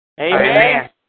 Amen